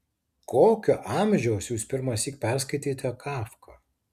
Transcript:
kokio amžiaus jūs pirmąsyk perskaitėte kafką